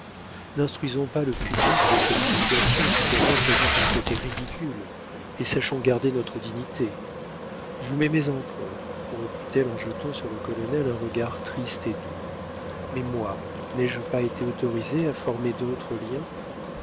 n'instruisons pas le public de cette situation qui pour moi présente un côté ridicule et sachons garder notre dignité vous m'aimez encore reprit-elle en jetant sur le colonel un regard triste et doux mais moi n'ai-je pas été autorisée à former d'autres liens